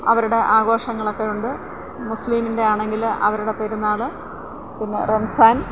അവരുടെ ആഘോഷങ്ങളെക്കെ ഉണ്ട് മുസ്ലീമിന്റെ ആണെങ്കിൽ അവരുടെ പെരുന്നാൾ പിന്നെ റംസാന്